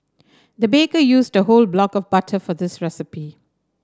the baker used a whole block of butter for this recipe